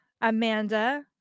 Amanda